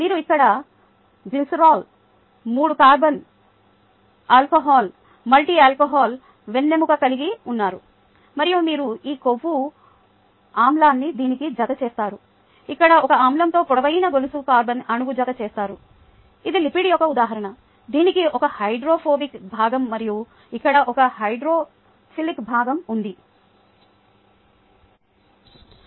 మీరు ఇక్కడ గ్లిసరాల్ మూడు కార్బన్ ఆల్కహాల్ మల్టీ ఆల్కహాల్ వెన్నెముక కలిగి ఉన్నారు మరియు మీరు ఈ కొవ్వు ఆమ్లాన్ని దీనికి జత చేస్తారు ఇక్కడ ఒక ఆమ్లంతో పొడవైన గొలుసు కార్బన్ అణువు జత చేస్తారు ఇది లిపిడ్ యొక్క ఉదాహరణ దీనికి ఒక హైడ్రోఫోబిక్ భాగం మరియు ఇక్కడ ఒక హైడ్రోఫిలిక్ భాగం ఉంది